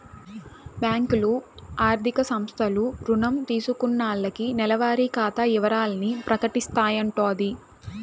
బ్యాంకులు, ఆర్థిక సంస్థలు రుణం తీసుకున్నాల్లకి నెలవారి ఖాతా ఇవరాల్ని ప్రకటిస్తాయంటోది